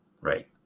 Right